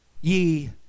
ye